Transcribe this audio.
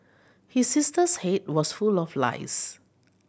his sister's head was full of lice